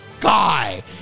guy